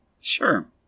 sure